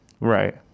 Right